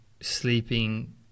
sleeping